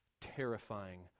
terrifying